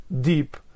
deep